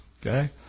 Okay